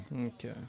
Okay